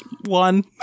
One